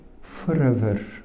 forever